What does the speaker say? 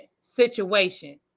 situation